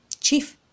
Chief